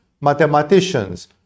mathematicians